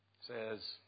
says